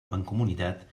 mancomunitat